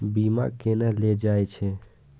बीमा केना ले जाए छे?